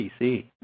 PC